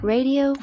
Radio